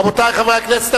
רבותי חברי הכנסת,